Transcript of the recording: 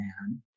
man